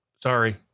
Sorry